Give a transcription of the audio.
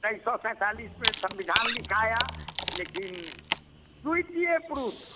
उन्नीस सौ सैंतालिस में संविधान लिखाया लेकिन